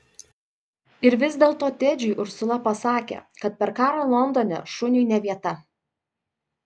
ir vis dėlto tedžiui ursula pasakė kad per karą londone šuniui ne vieta